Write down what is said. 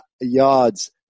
yards